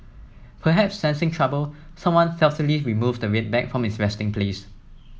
perhaps sensing trouble someone stealthily removes the red bag from its resting place